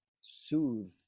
soothe